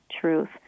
truth